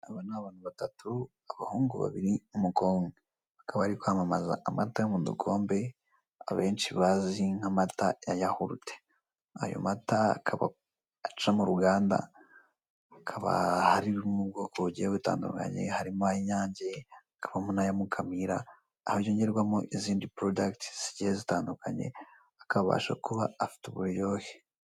Aba ni abantu batatu, abahungu babiri n'umukobwa umwe. Bakaba bari kwamamaza amata yo mu dukombe abenshi bazi nka yahurute. Ayo mata akaba aca mu ruganda, akaba arimo ubwoko bugiye butandukanye harimo ay'inyange hakabamo n'aya Mukamira.